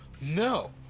No